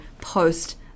post